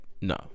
no